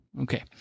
Okay